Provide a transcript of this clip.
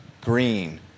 Green